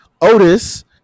Otis